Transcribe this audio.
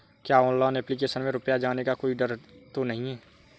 क्या online application में रुपया जाने का कोई डर तो नही है?